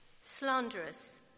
slanderous